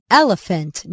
elephant